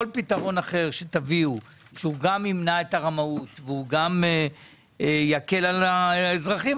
כל פתרון אחר שתביאו שהוא גם ימנע את הרמאות והוא גם יקל על האזרחים,